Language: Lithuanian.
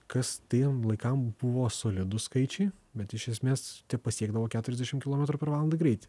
kas tiem laikam buvo solidūs skaičiai bet iš esmės tepasiekdavo keturiasdešim kilometrų per valandą greitį